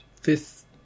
Fifth